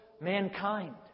Mankind